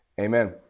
Amen